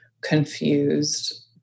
confused